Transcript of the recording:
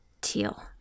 teal